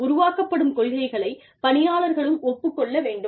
உருவாக்கப்படும் கொள்கைகளை பணியாளர்களும் ஒப்புக் கொள்ள வேண்டும்